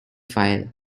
file